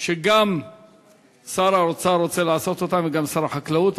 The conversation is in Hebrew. שגם שר האוצר רוצה לעשות וגם שר החקלאות.